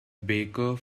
baker